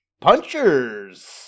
Punchers